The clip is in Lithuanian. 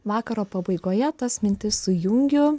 vakaro pabaigoje tas mintis sujungiu